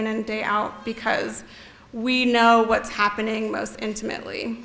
in and day out because we know what's happening most intimately